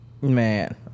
Man